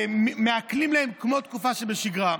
שמעקלים להם כמו תקופה שבשגרה.